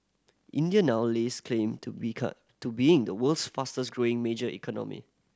India now lays claim to become to being the world's fastest growing major economy